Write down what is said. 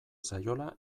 zaiola